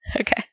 Okay